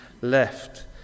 left